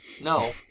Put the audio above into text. no